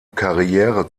karriere